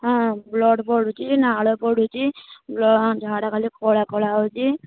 ହଁ ବ୍ଲଡ୍ ପଡ଼ୁଛି ନାଳ ପଡୁଛି ଝାଡ଼ା ଖାଲି କଳା କଳା ହେଉଛି